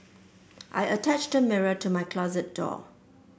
I attached a mirror to my closet door